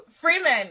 Freeman